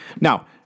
Now